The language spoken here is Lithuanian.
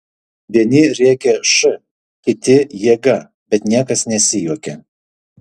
vieni rėkė š kiti jėga bet niekas nesijuokė